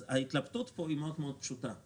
ההתלבטות פה פשוטה מאוד: